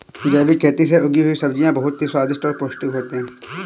जैविक खेती से उगी हुई सब्जियां बहुत ही स्वादिष्ट और पौष्टिक होते हैं